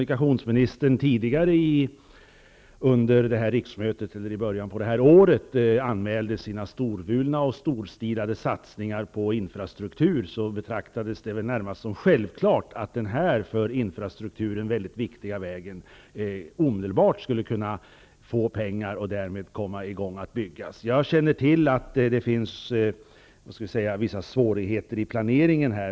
Tidigare under detta riksmöte -- närmare bestämt i början av det här året -- anmälde kommunikationsministern sina storvulna och storstilade satsningar på infrastrukturen. Då betraktades det väl närmast som självklart att det för den här för infrastrukturen väldigt viktiga vägen omedelbart behövdes pengar, så att man kunde komma i gång med byggandet. Jag känner till att det finns vissa svårigheter när det gäller planeringen.